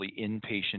inpatient